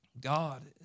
God